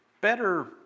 better